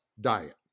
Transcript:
diet